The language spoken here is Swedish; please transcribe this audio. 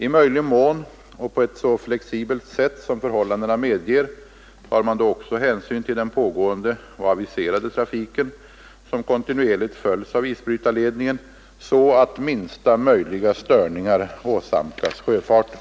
I möjlig mån och på ett så flexibelt sätt som förhållandena medger tar man då också hänsyn till den pågående och aviserade trafiken — som kontinuerligt följs av isbrytarledningen — så att minsta möjliga störningar åsamkas sjöfarten.